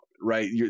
right